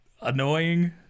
annoying